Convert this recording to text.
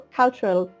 cultural